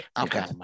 Okay